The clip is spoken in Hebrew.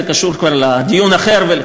זה קשור כבר לדיון אחר.